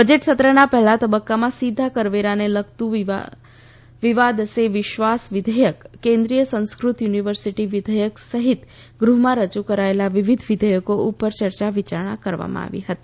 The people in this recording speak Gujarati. બજેટ સત્રના પહેલાં તબક્કામાં સીધા કરવેરાને લગતું વિવાદસે વિશ્વાસ વિધાયેક કેન્દ્રીય સંસ્ક્રત યુનિવર્સિટી વિઘેયક સહિત ગૃહમાં રજૂ કરાયેલા વિવિધ વિધેયકો ઉપર ચર્ચા વિચારણા કરવામાં આવી હતી